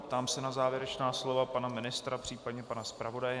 Ptám se na závěrečná slova pana ministra, případně pana zpravodaje.